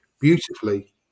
beautifully